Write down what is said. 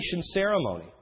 ceremony